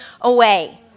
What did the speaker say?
away